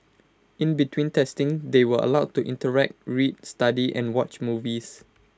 in between testing they were allowed to interact read study and watch movies